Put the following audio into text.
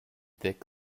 thick